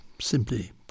simply